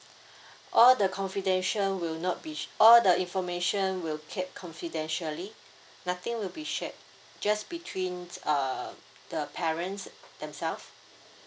all the confidential will not be all the information will keep confidentially nothing will be shared just between uh the parents themselves